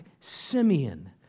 Simeon